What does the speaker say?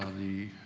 the,